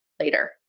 later